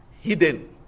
hidden